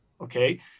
Okay